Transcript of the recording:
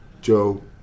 Joe